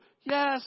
yes